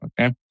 Okay